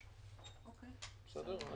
ממכון גרטנר,